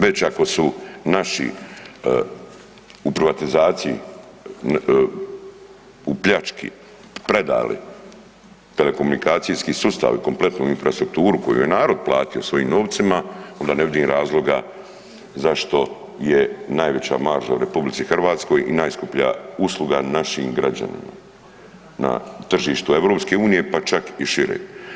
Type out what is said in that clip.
Već ako su naši u privatizaciji, u pljački predali telekomunikacijski sustav i kompletnu infrastrukturu koju je narod platio svojim novcima onda ne vidim razloga zašto je najveća marža u RH i najskuplja usluga našim građanima na tržištu EU pa čak i šire.